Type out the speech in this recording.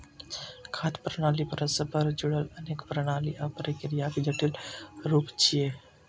खाद्य प्रणाली परस्पर जुड़ल अनेक प्रणाली आ प्रक्रियाक जटिल रूप छियै